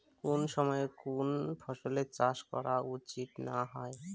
কুন সময়ে কুন ফসলের চাষ করা উচিৎ না হয়?